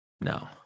No